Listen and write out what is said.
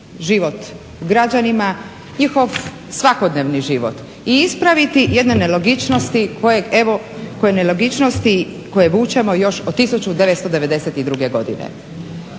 živog građanima, njihov svakodnevni život i ispraviti jedne nelogičnosti koje evo, koje